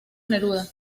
neruda